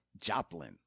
Joplin